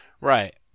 Right